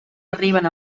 arriben